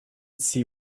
see